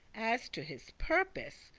as to his purpose,